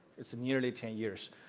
it is nearly ten years.